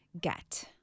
get